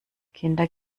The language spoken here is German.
kinder